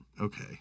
Okay